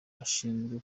ashinzwe